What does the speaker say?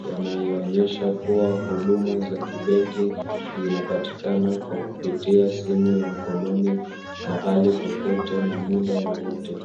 yanayoonyesha kuwa huduma za kibenki zinapatikana kwa kupitia simu ya mkononi mahali popote na muda wowote.